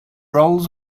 rolls